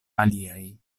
aliaj